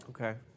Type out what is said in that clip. okay